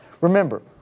Remember